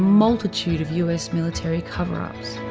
multitude of us military cover-ups.